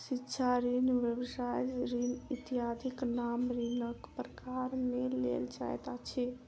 शिक्षा ऋण, व्यवसाय ऋण इत्यादिक नाम ऋणक प्रकार मे लेल जाइत अछि